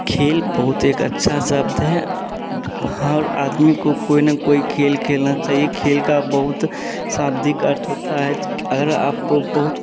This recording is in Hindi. खेल बहुत एक अच्छा शब्द है हर आदमी को कोई ना कोई खेल खेलना चाहिए खेल का बहुत शाब्दिक अर्थ होता है अगर आपको बहुत